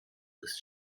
ist